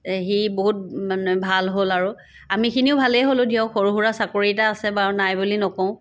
সি বহুত মানে ভাল হ'ল আৰু আমিখিনিও ভালে হ'লো দিয়ক সৰু সুৰা চাকৰি এটা আছে বাৰু নাই বুলি নকওঁ